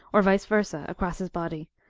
or vice versa across his body,